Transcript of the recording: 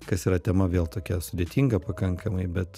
kas yra tema vėl tokia sudėtinga pakankamai bet